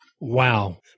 Wow